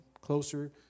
closer